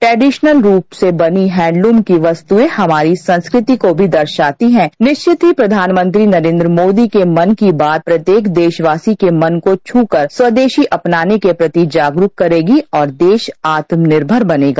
traditional रूप से बनी हैंडलूम की वस्तुएं हमारी संस्कृति को भी दर्शाती हैं निश्चित ही प्रधानमंत्री नरेंद्र मोदी के मन बात प्रत्येक देशवासी के मन को छू कर स्वदेशी अपनाने के प्रति जागरूक करेगी और देश आत्मनिर्भर बनेगा